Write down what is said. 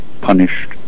punished